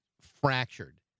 fractured